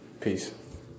Peace